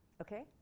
Okay